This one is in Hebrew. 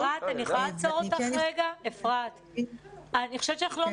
אפרת, אני יכולה לעצור אותך לרגע?